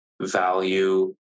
value